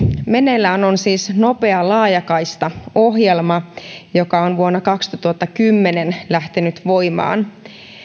meneillään on siis nopea laajakaista ohjelma joka on vuonna kaksituhattakymmenen lähtenyt voimaan